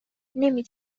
نمی